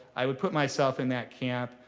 i would put myself in that camp,